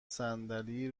صندلی